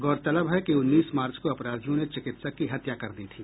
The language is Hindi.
गौरतलब है कि उन्नीस मार्च को अपराधियों ने चिकित्सक की हत्या कर दी थी